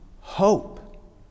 hope